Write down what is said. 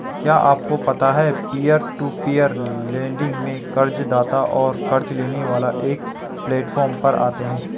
क्या आपको पता है पीयर टू पीयर लेंडिंग में कर्ज़दाता और क़र्ज़ लेने वाला एक प्लैटफॉर्म पर आते है?